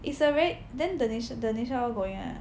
it's a very then Denish~ Denisha all going ah